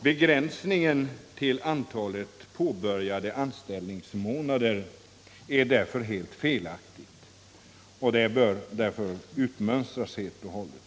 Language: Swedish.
Begräns= sn ningen till antalet påbörjade anställningsmånader är helt felaktig och bör — Anställningsskydd, därför utmönstras helt och hållet.